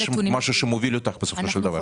יש משהו שמוביל אותך בסופו של דבר.